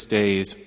days